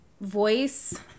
voice